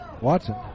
Watson